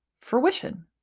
fruition